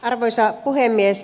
arvoisa puhemies